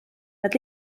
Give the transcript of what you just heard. nad